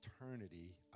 eternity